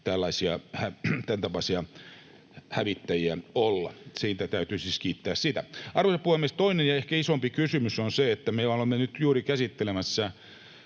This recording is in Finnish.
tämäntapaisia hävittäjiä olla. Siitä täytyy siis kiittää sitä. Arvoisa puhemies! Toinen ja ehkä isompi kysymys on se, että me olemme juuri nyt käsittelemässä